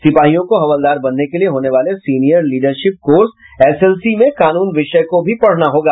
सिपाहियों को हवलदार बनने के लिए होने वाले सीनियर लीडरशिप कोर्स एसएलसी में कानून विषय को भी पढ़ना होगा